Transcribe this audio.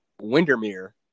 Windermere